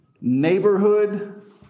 neighborhood